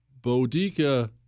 Bodica